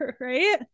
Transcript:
right